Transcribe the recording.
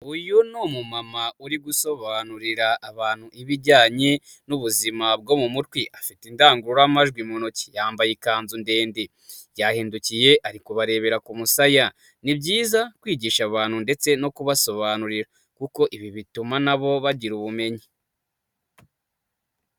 Uyu ni umumama uri gusobanurira abantu ibijyanye n'ubuzima bwo mu mutwe, afite indangururamajwi mu ntoki yambaye ikanzu ndende, yahindukiye ari kubarebera ku musaya. Ni byiza kwigisha abantu ndetse no kubasobanurira kuko ibi bituma nabo bagira ubumenyi.